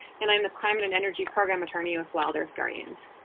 and i am the climate and energy programming attorney with wild earth guardians.